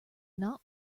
not